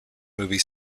movie